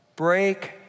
Break